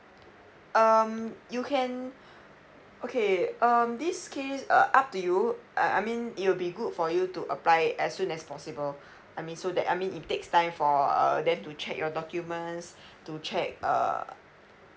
um you can okay um this case uh up to you uh I mean it will be good for you to apply it as soon as possible I mean so that I mean it takes time for err them to check your documents to check err